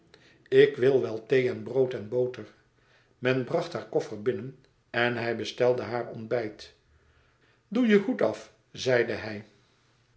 ik wil wel thee en brood en boter men bracht haar koffer binnen en hij bestelde haar ontbijt doe je hoed af zeide hij